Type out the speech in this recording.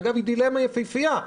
אגב, היא דילמה יפהפיה.